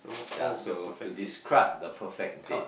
ya so to describe the perfect date